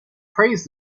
praise